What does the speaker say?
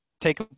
take